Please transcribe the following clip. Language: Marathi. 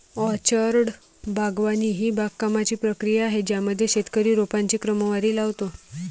ऑर्चर्ड बागवानी ही बागकामाची प्रक्रिया आहे ज्यामध्ये शेतकरी रोपांची क्रमवारी लावतो